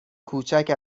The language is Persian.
کوچک